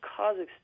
kazakhstan